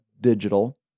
digital